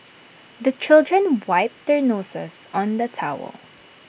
the children wipe their noses on the towel